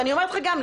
ואני אומרת לך גם,